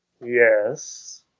Yes